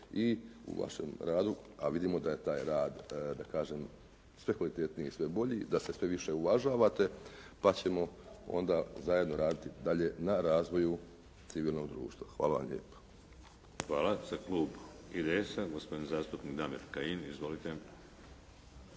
i u vašem radu, a vidimo da je taj rad, da kažem sve kvalitetniji i sve bolji, da se sve više uvažavate, pa ćemo onda zajedno raditi dalje na razvoju civilnog društva. Hvala vam lijepa. **Šeks, Vladimir (HDZ)** Hvala. Za klub IDS-a, gospodin zastupnik Damir Kajin. Izvolite.